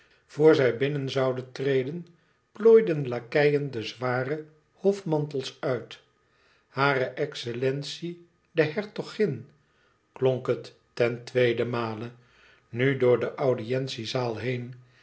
zij binnen zouden treden plooiden lakeien de zware hofmantels uit hare excellentie de hertogin klonk het ten tweede male nu door de audientiezaal heen